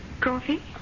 Coffee